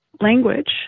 language